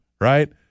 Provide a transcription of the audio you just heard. Right